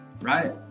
right